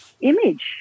image